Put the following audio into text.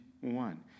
one